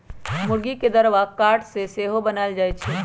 मूर्गी के दरबा काठ से सेहो बनाएल जाए छै